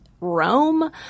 Rome